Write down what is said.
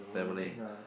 lemonade